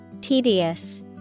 Tedious